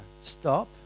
Stop